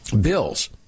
Bills